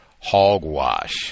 hogwash